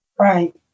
Right